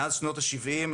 מאז שנות ה-70,